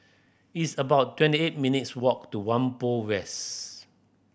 it's about twenty eight minutes' walk to Whampoa West